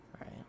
right